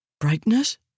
Brightness